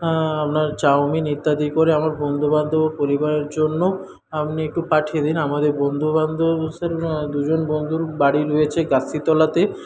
আপনার চাউমিন ইত্যাদি করে আমার বন্ধুবান্ধব ও পরিবারের জন্য আপনি একটু পাঠিয়ে দিন আমাদের বন্ধুবান্ধব দুজন বন্ধুর বাড়ি রয়েছে কাশিতলাতে